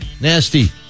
Nasty